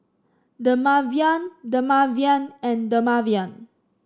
Dermaveen Dermaveen and Dermaveen